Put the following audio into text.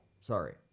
sorry